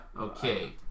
okay